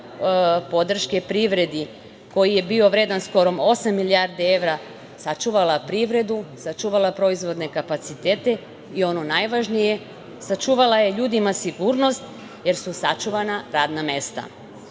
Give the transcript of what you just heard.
podrške privredi, koji je bio vredan skoro osam milijardi evra, sačuvala privredu, sačuvala proizvodne kapacitete i ono najvažnije - sačuvala je ljudima sigurnost, jer su sačuvana radna mesta. Kao